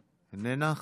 איננה.